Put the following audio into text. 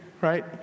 right